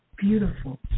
beautiful